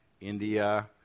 India